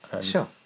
Sure